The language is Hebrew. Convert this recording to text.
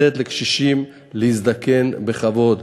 לתת לקשישים להזדקן בכבוד.